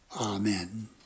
amen